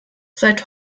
seit